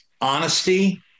honesty